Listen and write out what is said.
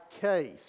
case